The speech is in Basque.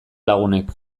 lagunek